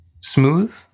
smooth